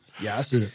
Yes